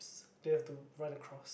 they have to run across